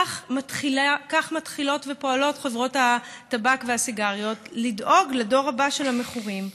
כך מתחילות ופועלות חברות הטבק והסיגריות לדאוג לדור הבא של המכורים.